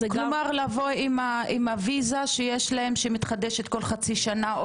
זה גם --- כלומר לבוא עם הוויזה שיש להם שמתחדשת כל חצי שנה,